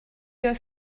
your